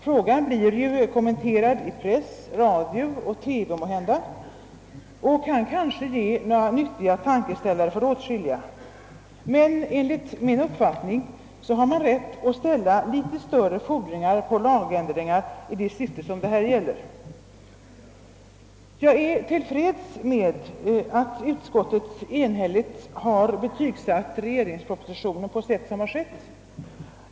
Frågan blir ju kommenterad i press, radio — måhända även i TV — och kan kanske ge nyttiga tankeställare för åtskilliga. Men enligt min uppfattning har vi rätt att ställa litet större fordringar på lagändringar i det syfte det här gäller. Jag är till freds med att utskottet enhälligt betygsatt regeringspropositionen på sätt som skett.